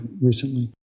recently